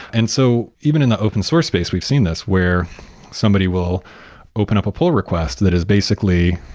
and so even in the open source space we've seen this where somebody will open up a pull request that is basically,